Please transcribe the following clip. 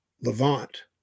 Levant